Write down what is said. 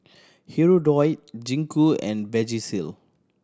Hirudoid Gingko and Vagisil